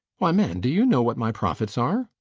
why, man, do you know what my profits are?